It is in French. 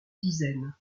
dizaines